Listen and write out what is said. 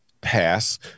pass